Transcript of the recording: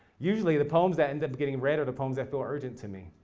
usually, the poems that end up getting read, are the poems that feel urgent to me.